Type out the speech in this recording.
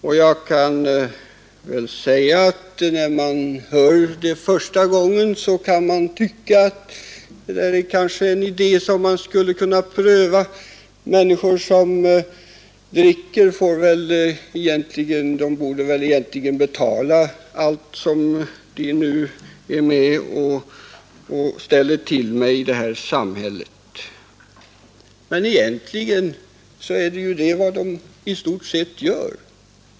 När man hör förslaget första gången tycker man kanske att detta är en idé som man kanske skulle kunna pröva. Människor som dricker borde väl egentligen betala allt som de nu är med och ställer till med i samhället. Men egentligen är ju det precis vad de gör, istort sett.